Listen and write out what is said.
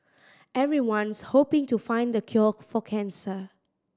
everyone's hoping to find the cure for cancer